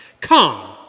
Come